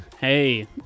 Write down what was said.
Hey